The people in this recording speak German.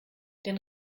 den